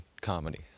comedy